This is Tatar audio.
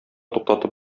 туктатып